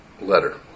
letter